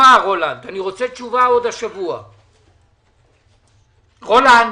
רוצה תשובה עוד השבוע, רולנד.